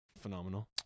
Phenomenal